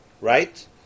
right